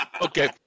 Okay